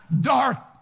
Dark